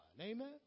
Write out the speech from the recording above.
amen